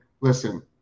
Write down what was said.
Listen